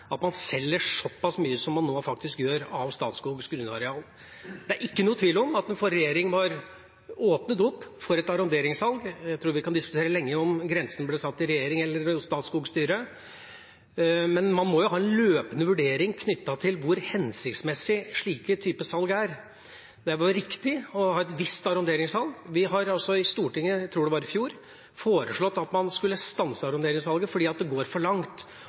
at man selger såpass mye som man nå faktisk gjør av Statskogs grunnareal. Det er ikke noen tvil om at forrige regjering åpnet opp for et arronderingssalg – jeg tror vi kan diskutere lenge om grensen ble satt i regjering eller hos Statskogs styre – men man må jo ha en løpende vurdering knyttet til hvor hensiktsmessig slike typer salg er. Det var riktig å ha et visst arronderingssalg. Vi har i Stortinget – jeg tror det var i fjor – foreslått at man skulle stanse arronderingssalget fordi det går for langt.